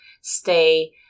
stay